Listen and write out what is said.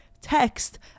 text